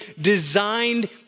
designed